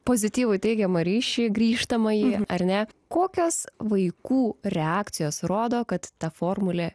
pozityvų teigiamą ryšį grįžtamąjį ar ne kokios vaikų reakcijos rodo kad ta formulė